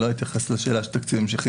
לא אתייחס לשאלת התקציבים.